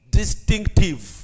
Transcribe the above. distinctive